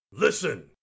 listen